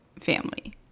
family